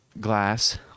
glass